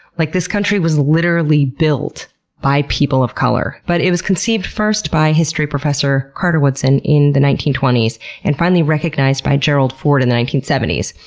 like this country was literally built by people of color. but it was conceived first by history professor carter woodson in the nineteen twenty s and finally recognized by gerald ford in the nineteen seventy s.